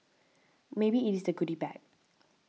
maybe it is the goody bag